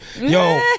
yo